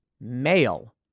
male